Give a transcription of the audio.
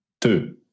two